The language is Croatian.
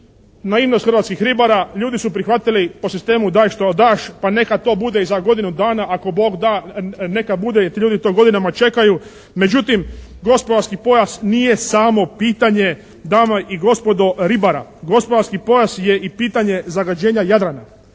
naivnost hrvatskih ribara. Ljudi su prihvatili po sistemu «Daj što daš» pa neka to bude i za godinu dana, ako Bog da, neka bude jer ti ljudi to godinama čekaju međutim gospodarski pojas nije samo pitanje dame i gospodo ribara. Gospodarski pojas je i pitanje zagađenja Jadrana.